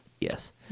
Yes